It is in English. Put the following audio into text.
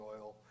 oil